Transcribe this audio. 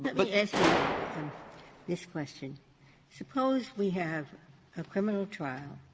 but but ask you and and this question suppose we have a criminal trial.